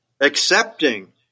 accepting